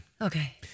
Okay